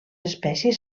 espècies